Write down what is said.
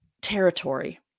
territory